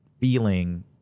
feeling